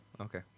okay